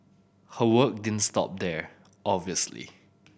her work didn't stop there obviously